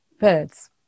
birds